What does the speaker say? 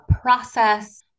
process